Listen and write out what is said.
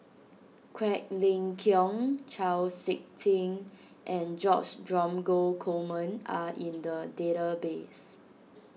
Quek Ling Kiong Chau Sik Ting and George Dromgold Coleman are in the database